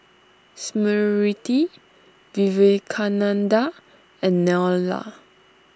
Smriti Vivekananda and Neila